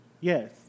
Yes